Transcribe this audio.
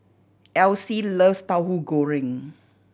Elyse loves Tahu Goreng